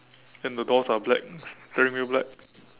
then the doors are black black